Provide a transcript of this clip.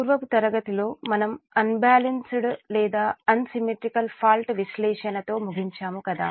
పూర్వపు తరగతి లో మనం అన్బాలన్సుడ్ లేదా అన్సిమెట్రికల్ ఫాల్ట్స్ విశ్లేషణ తో ముగించాము కదా